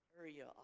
area